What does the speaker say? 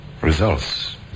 results